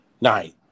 Nine